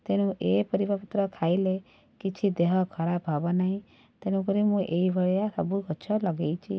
ତେଣୁ ଏ ପରିବାପତ୍ର ଖାଇଲେ କିଛି ଦେହଖରାପ ହବନାହିଁ ତେଣୁକରି ମୁଁ ଏଇଭଳିଆ ସବୁଗଛ ଲଗେଇଛି